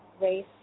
race